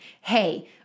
hey